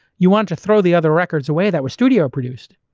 you wanted to throw the other records away that were studio produced.